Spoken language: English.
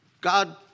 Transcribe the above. God